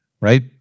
right